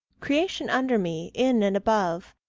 creation under me, in, and above,